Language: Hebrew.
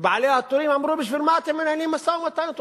ובעלי הטורים אמרו: בשביל מה אתם מנהלים משא-ומתן אתו,